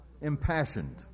impassioned